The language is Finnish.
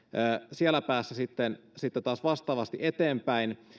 siellä päässä sitten sitten taas vastaavasti eteenpäin